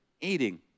eating